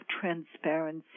transparency